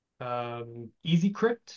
EasyCrypt